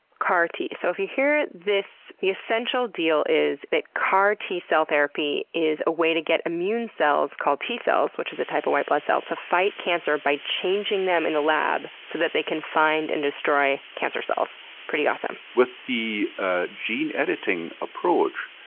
car t. so, if you hear this, the essential deal is that car t-cell therapy is a way to get immune cells called t-cells, which is a type of white blood cell, to fight cancer by changing them in the lab so that they can find and destroy cancer cells. pretty awesome. with the ah gene editing approach,